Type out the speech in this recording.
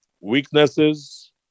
weaknesses